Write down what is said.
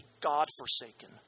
God-forsaken